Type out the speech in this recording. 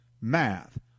math